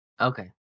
Okay